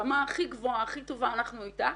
ברמה הכי גבוהה והכי טובה אנחנו אתך.